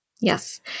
Yes